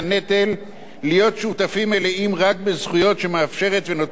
שותפים מלאים רק בזכויות שמאפשרת ונותנת המדינה לאזרחיה,